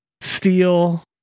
Steel